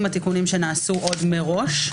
עם התיקונים שנעשו עוד מראש.